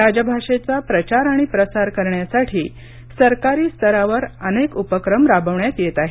राजभाषेचा प्रचार आणि प्रसार करण्यासाठी सरकारी स्तरावर अनेक उपक्रम राबवण्यात येत आहेत